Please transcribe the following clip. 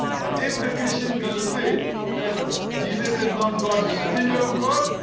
but if the christian girl says that jesus is not god the messenger of god,